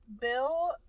Bill